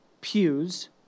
pews